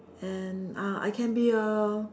and uh I can be a